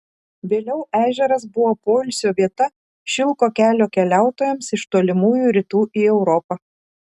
vėliau ežeras buvo poilsio vieta šilko kelio keliautojams iš tolimųjų rytų į europą